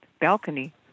balcony